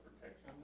protection